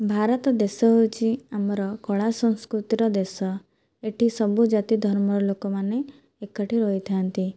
ଭାରତ ଦେଶ ହଉଛି ଆମର କଳା ସଂସ୍କୃତିର ଦେଶ ଏଠି ସବୁ ଜାତି ଧର୍ମର ଲୋକମାନେ ଏକାଠି ରହିଥାନ୍ତି